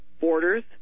Borders